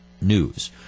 news